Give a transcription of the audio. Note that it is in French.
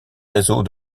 réseaux